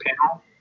panel